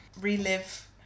relive